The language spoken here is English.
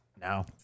No